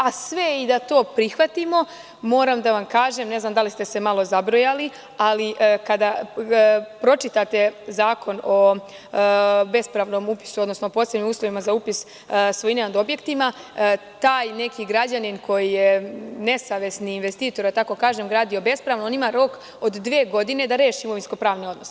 A sve i da to prihvatimo, moram da vam kažem, ne znam da li ste se malo zabrojali, ali kada pročitate Zakon o bespravnom upisu odnosno posebnim uslovima za upis svojine nad objektima, taj neki građanin koji je nesavesni investitor gradio bespravno, on ima rok od dve godine da reši imovinsko-pravni odnos.